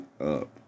up